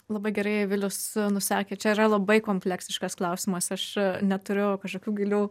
labai gerai vilius nusakė čia yra labai kompleksiškas klausimas aš neturiu kažkokių gilių